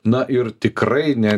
na ir tikrai ne